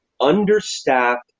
understaffed